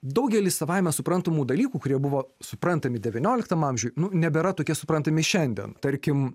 daugelį savaime suprantamų dalykų kurie buvo suprantami devynioliktam amžiuj nebėra tokie suprantami šiandien tarkim